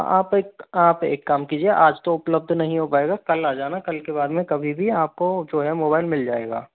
आप एक आप एक काम कीजिए आज तो उपलब्ध नही हो पाएगा कल आ जाना कल के बाद या कभी भी आपको जो है मोबाईल मिल जाएगा